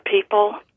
people